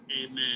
Amen